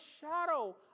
shadow